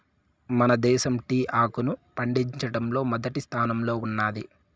మన దేశం టీ ఆకును పండించడంలో మొదటి స్థానంలో ఉన్నాది